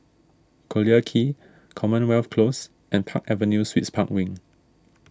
Collyer Quay Commonwealth Close and Park Avenue Suites Park Wing